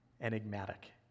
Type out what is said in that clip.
Enigmatic